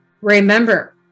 Remember